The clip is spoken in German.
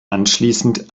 anschließend